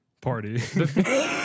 Party